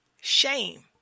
shame